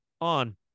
on